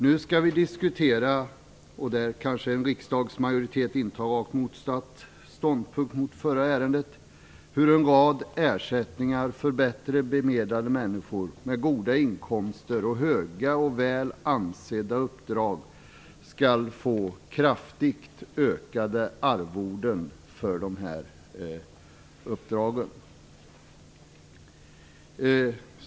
Nu skall vi diskutera - och här har en riksdagsmajoritet kanske intagit en motsatt ståndpunkt till skillnad från när det gällde det förra ärendet - hur en rad ersättningar för bättre bemedlade människor med goda inkomster och höga och väl ansedda uppdrag skall få kraftigt ökade arvoden för dessa uppdrag.